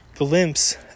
glimpse